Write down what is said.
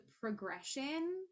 progression